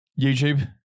YouTube